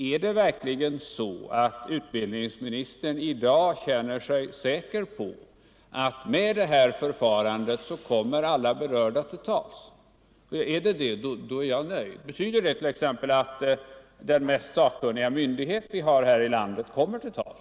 Är det verkligen så att utbildningsministern i dag känner sig säker på att med det nu tillämpade förfarandet kommer alla berörda till tals, är jag nöjd. Betyder det t.ex. att den mest sakkunniga myndighet som vi har på området kommer till tals?